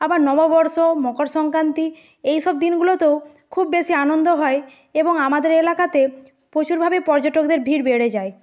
আবার নববর্ষ মকরসংক্রান্তি এইসব দিনগুলোতেও খুব বেশি আনন্দ হয় এবং আমাদের এলাকাতে পোচুরভাবেই পর্যটকদের ভিড় বেড়ে যায়